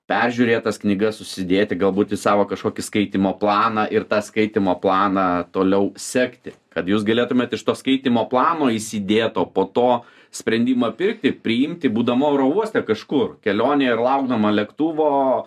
peržiūrėt tas knygas susidėti galbūt į savo kažkokį skaitymo planą ir tą skaitymo planą toliau sekti kad jūs galėtumėt iš to skaitymo plano įsidėt o po to sprendimą pirkti priimti būdama oro uoste kažkur kelionėje ir laukdama lėktuvo